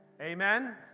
Amen